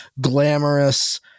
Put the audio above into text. glamorous